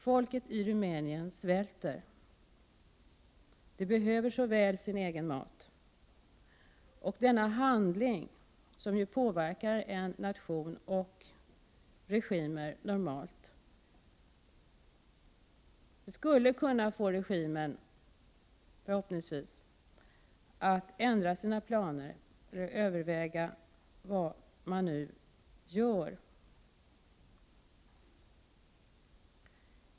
Folket i Rumänien svälter, och de behöver så väl sin egen mat. Denna handling, som normalt påverkar regimer, skulle förhoppningsvis kunna få denna regim att ändra sina planer och överväga det som nu görs.